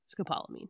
Scopolamine